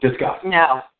No